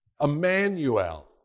Emmanuel